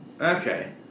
Okay